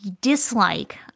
dislike